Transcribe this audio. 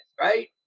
right